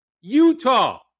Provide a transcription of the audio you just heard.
Utah